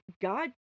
God